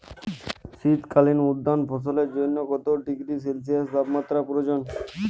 শীত কালীন উদ্যান ফসলের জন্য কত ডিগ্রী সেলসিয়াস তাপমাত্রা প্রয়োজন?